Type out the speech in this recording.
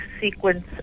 sequence